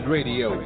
Radio